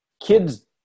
kids